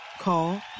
Call